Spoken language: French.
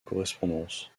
correspondance